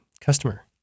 customer